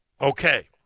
okay